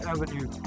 Avenue